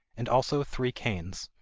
and also three canes.